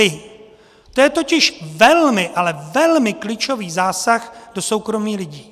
To je totiž velmi, ale velmi klíčový zásah do soukromí lidí.